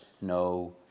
no